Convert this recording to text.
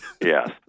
Yes